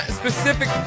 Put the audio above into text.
specific